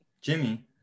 Jimmy